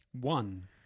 one